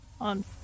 on